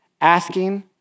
asking